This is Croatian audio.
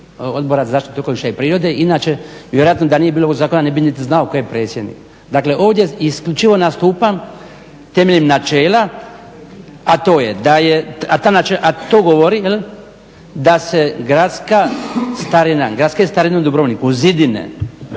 Odbora za zaštitu okoliša i prirode, inače vjerojatno da nije bilo ovog zakona ne bih niti znao tko je predsjednik. Dakle, ovdje isključivo nastupam temeljem načela, a to je da je, a to govori da se gradska starina, gradske starine u Dubrovniku, zidine